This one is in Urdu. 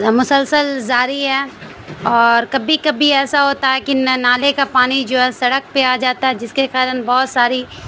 مسلسل جاری ہے اور کبھی کبھی ایسا ہوتا ہے کہ نہ نالے کا پانی جو ہے سڑک پہ آ جاتا ہے جس کے کارن بہت ساری